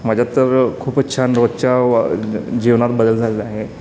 माझ्या तर खूपच छान रोजच्या जीवनात बदल झालेला आहे